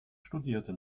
studierte